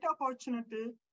opportunity